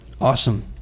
awesome